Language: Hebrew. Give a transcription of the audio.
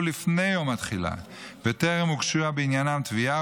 לפני יום התחילה וטרם הוגשה בעניינם תביעה,